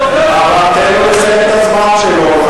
תן לו לסיים את הזמן שלו,